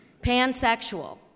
Pansexual